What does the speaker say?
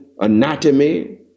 anatomy